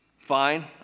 Fine